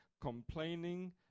complaining